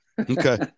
okay